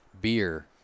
beer